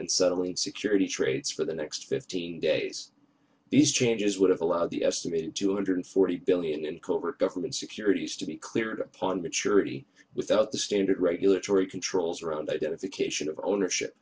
and settling security trades for the next fifteen days these changes would have allowed the estimated two hundred forty billion in covert government securities to be clear it upon maturity without the standard regulatory controls around identification of ownership